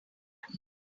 money